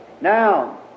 Now